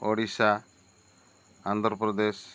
Odisha Andhra Pradesh